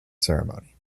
ceremony